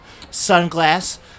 Sunglass